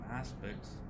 aspects